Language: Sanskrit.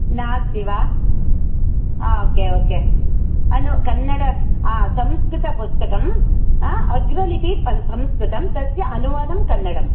नास्ति वा हा ओ के ओ के अनु कन्नड हा संस्कृतपुस्तकं हा अग्रलिपि संस्कृतं तस्य अनुवादं कन्नडम्